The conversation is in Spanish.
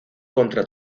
contra